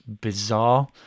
bizarre